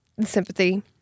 sympathy